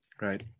Right